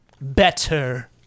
better